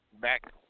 Back